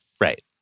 Right